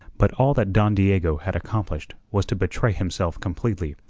but all that don diego had accomplished was to betray himself completely,